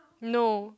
no